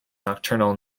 nocturnal